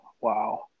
Wow